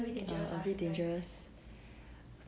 ya a bit dangerous